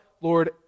Lord